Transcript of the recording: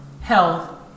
health